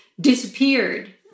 disappeared